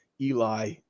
Eli